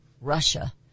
Russia